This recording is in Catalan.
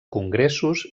congressos